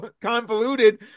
convoluted